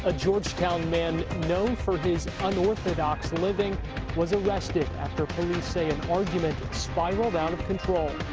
ah georgetown man known for his unorthodox living was arrested after police say an argument spiraled out of control.